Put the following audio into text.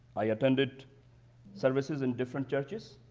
i attended services in different churches,